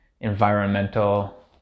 environmental